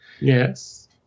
Yes